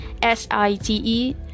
S-I-T-E